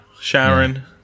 Sharon